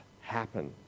happen